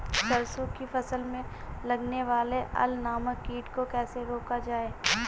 सरसों की फसल में लगने वाले अल नामक कीट को कैसे रोका जाए?